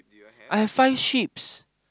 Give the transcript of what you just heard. I have five sheep's